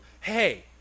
hey